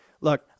look